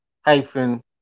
hyphen